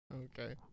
Okay